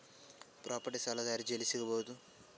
Property ಸಾಲದ ಅರ್ಜಿ ಎಲ್ಲಿ ಸಿಗಬಹುದು?